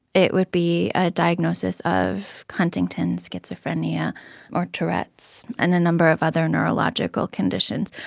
it would be a diagnosis of huntington's, schizophrenia or tourette's, and a number of other neurological conditions.